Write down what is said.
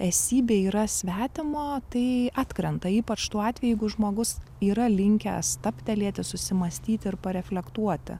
esybėj yra svetimo tai atkrenta ypač tuo atveju jeigu žmogus yra linkę stabtelėti susimąstyti ir pareflektuoti